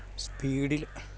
സ്പീഡില്